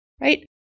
right